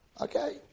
Okay